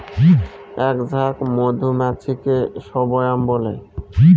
এক ঝাঁক মধুমাছিকে স্বোয়াম বলে